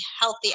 healthy